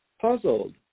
puzzled